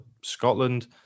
Scotland